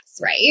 right